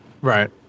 Right